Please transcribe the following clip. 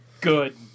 good